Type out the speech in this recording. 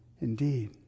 indeed